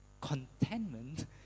contentment